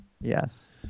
Yes